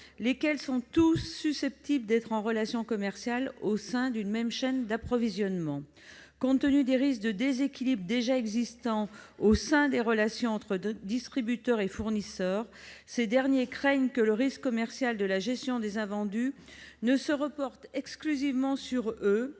lesquels sont tous susceptibles d'être en relation commerciale au sein d'une même chaîne d'approvisionnement. Compte tenu des risques de déséquilibre déjà existants au sein des relations entre distributeurs et fournisseurs, ces derniers craignent que le risque commercial de la gestion des invendus ne se reporte exclusivement sur eux,